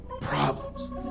problems